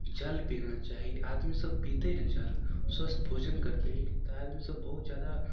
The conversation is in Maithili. जल पीना चाही आदमी सब पीतय ने जल स्वस्थ भोजन करतय तऽ आदमी सब बहुत जादा